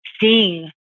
seeing